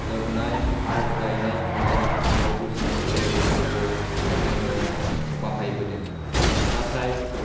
लोबनाय आरो गायनाय फुनाय जेरावबो जोङो बे दैफोरखौ जोङो बाहायबोदों नाथाय